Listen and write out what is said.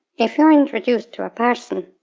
if you're introduced to a person,